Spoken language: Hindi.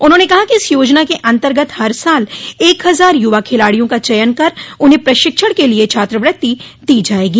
उन्होंने कहा कि इस योजना के अंतर्गत हर साल एक हजार युवा खिलाडियों का चयन कर उन्हें प्रशिक्षण के लिए छात्रवृत्ति दी जाएगी